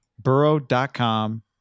burrow.com